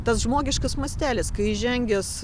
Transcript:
tas žmogiškas mastelis kai įžengęs